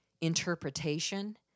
interpretation